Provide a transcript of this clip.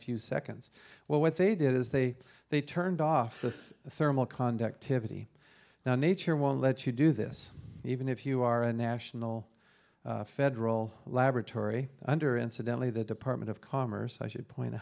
few seconds well what they did is they they turned off with thermal conductivity now nature won't let you do this even if you are a national federal laboratory under incidentally the department of commerce i should point